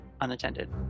unattended